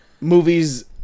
movies